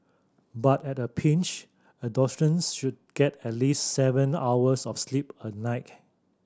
but at a pinch adolescents should get at least seven hours of sleep a night